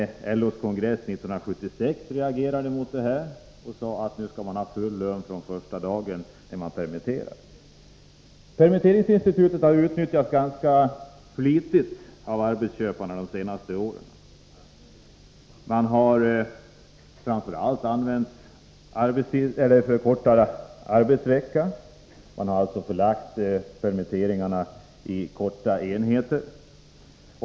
LO:s kongress 1976 reagerade emot lagen och krävde full lön från första dagen vid permittering. Permitteringsinstitutet har de senaste åren utnyttjats ganska flitigt av arbetsköparna. Man har framför allt tillämpat förkortad arbetsvecka och alltså delat upp permitteringarna på korta enheter.